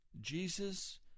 Jesus